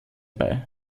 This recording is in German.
bei